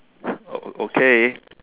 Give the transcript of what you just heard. okay